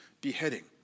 beheading